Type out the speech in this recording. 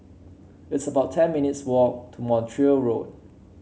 it's about ten minutes' walk to Montreal Road